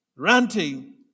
Ranting